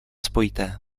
spojité